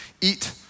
eat